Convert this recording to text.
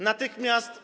Natychmiast.